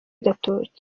gatoki